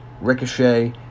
Ricochet